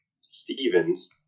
Stevens